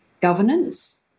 governance